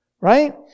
Right